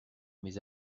mes